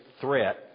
threat